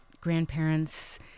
grandparents